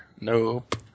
Nope